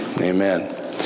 Amen